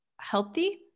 healthy